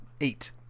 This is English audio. eight